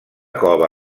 cova